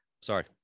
Sorry